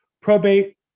probate